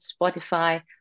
Spotify